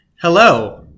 Hello